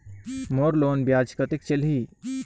मोर loan ब्याज कतेक चलही?